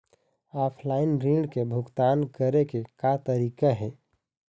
Offline ऋण के भुगतान करे के का तरीका हे?